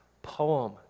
poem